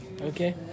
okay